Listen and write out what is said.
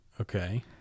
Okay